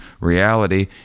reality